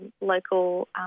local